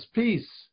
peace